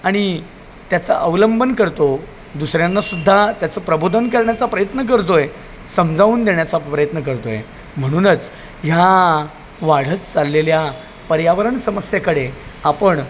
आणि त्याचा अवलंबन करतो दुसऱ्यांना सुद्धा त्याचं प्रबोधन करण्याचा प्रयत्न करतो आहे समजावून देण्याचा प्रयत्न करतो आहे म्हणूनच ह्या वाढत चाललेल्या पर्यावरण समस्याकडे आपण